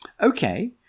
Okay